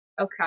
Okay